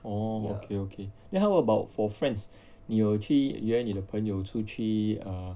orh okay okay then how about for friends 你有去约你的朋友出去 err